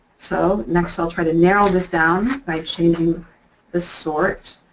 so next i'll try to narrow this down by changing the sort